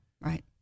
Right